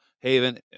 Haven